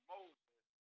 Moses